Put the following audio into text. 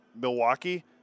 Milwaukee